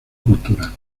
cultura